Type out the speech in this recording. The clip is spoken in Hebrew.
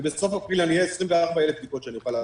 ובסוף אפריל אני אהיה עם 24,000 בדיקות שאני אוכל לעשות.